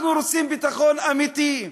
אנחנו רוצים ביטחון אמיתי,